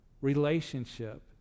relationship